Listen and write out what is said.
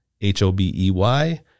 H-O-B-E-Y